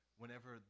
whenever